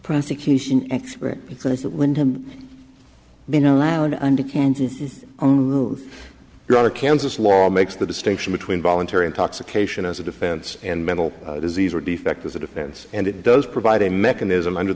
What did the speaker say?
prosecution expert because that wouldn't have been allowed under kansas on move your out of kansas law makes the distinction between voluntary intoxication as a defense and mental disease or defect as a defense and it does provide a mechanism under